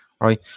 right